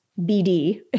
BD